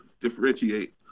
differentiate